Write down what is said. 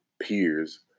peers